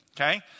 Okay